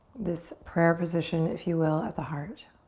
this prayer position, if you will, of the heart.